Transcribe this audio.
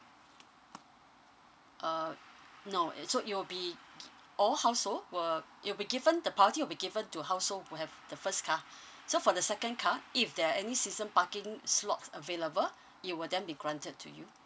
uh no and so it will be all household sill uh you'll be given the parking will be given to household who have the first car so for the second car if there are any season parking slots available it will then be granted to you